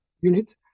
unit